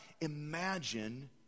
imagine